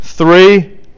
three